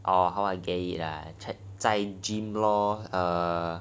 oh how I get it ah 在 gym lor uh